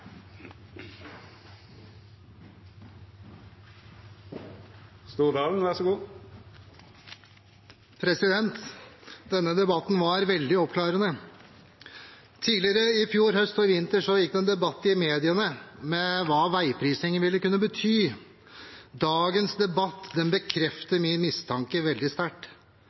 Denne debatten var veldig oppklarende. Tidligere i fjor høst og i vinter gikk det en debatt i mediene om hva veiprising ville kunne bety. Dagens debatt bekrefter min mistanke veldig sterkt.